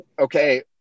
okay